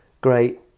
great